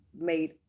made